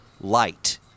light